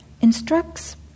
instructs